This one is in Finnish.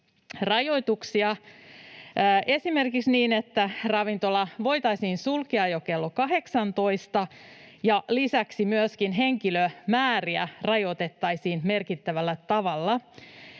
esimerkiksi niin, että ravintola voitaisiin sulkea jo kello 18 ja lisäksi henkilömääriä rajoitettaisiin merkittävällä tavalla,